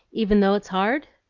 even though it's hard?